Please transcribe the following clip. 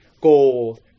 gold